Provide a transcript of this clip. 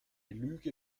lüge